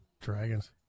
Dragons